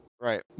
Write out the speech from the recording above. Right